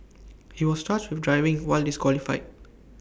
he was charged with driving while disqualified